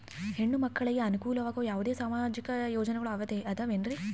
ಹೆಣ್ಣು ಮಕ್ಕಳಿಗೆ ಅನುಕೂಲವಾಗುವ ಯಾವುದೇ ಸಾಮಾಜಿಕ ಯೋಜನೆಗಳು ಅದವೇನ್ರಿ?